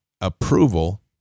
approval